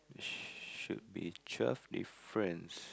should be twelve difference